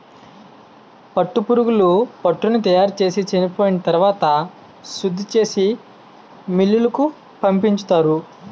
పట్టుపురుగులు పట్టుని తయారుచేసి చెనిపోయిన తరవాత శుద్ధిచేసి మిల్లులకు పంపించుతారు